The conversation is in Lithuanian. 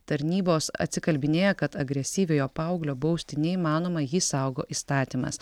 tarnybos atsikalbinėja kad agresyviojo paauglio bausti neįmanoma jį saugo įstatymas